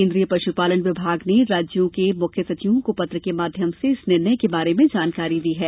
केन्द्रीय पशुपालन विभाग ने राज्यों के मुख्य सचिवों को पत्र के माध्यम से इस निर्णय के बारे में जानकारी दी है